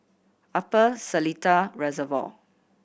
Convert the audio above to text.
Upper Seletar Reservoir